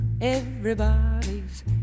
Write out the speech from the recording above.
Everybody's